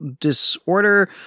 disorder